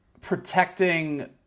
protecting